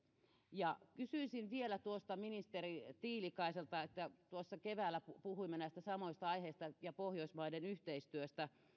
ja kysyisin vielä ministeri tiilikaiselta tuossa keväällä puhuimme näistä samoista aiheista ja pohjoismaiden yhteistyöstä